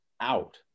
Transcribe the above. out